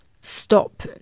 stop